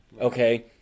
Okay